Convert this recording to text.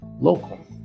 local